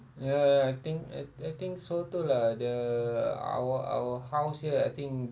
ya I think I I think so too lah the our our house here I think